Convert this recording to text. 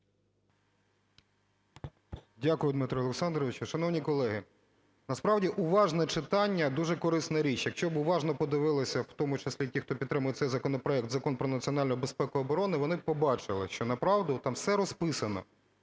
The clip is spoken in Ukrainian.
Дякую, Дмитро Олександрович. Шановні колеги, насправді уважне читання – дуже корисна річ. Якщо б уважно подивилися в тому числі ті, хто підтримує цей законопроект, Закон про національну безпеку і оборону, вони б побачили, що, на правду, там все розписано.